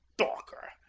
dawker?